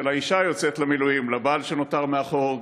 האישה שיוצאת למילואים עם הבעל שנותר מאחור,